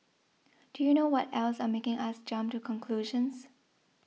do you know what else are making us jump to conclusions